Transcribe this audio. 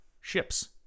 ships